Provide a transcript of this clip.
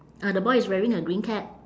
uh the boy is wearing a green cap